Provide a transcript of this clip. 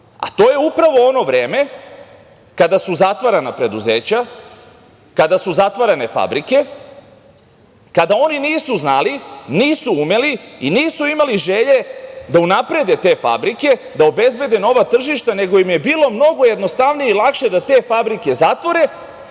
a to je upravo ono vreme kada su zatvarana preduzeća, kada su zatvarane fabrike, kada oni nisu znali, nisu umeli i nisu imali želje da unaprede te fabrike, da obezbede nova tržišta, nego im je bilo mnogo jednostavnije i lakše da te fabrike zatvore,